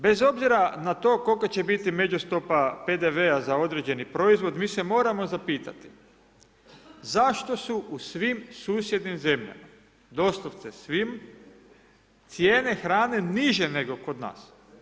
Bez obzira na to koliko će biti među stopa PDV-a na određeni proizvod, mi se moramo zapitati zašto su u svim susjednim zemljama, doslovce svim, cijene hrane niže nego kod nas?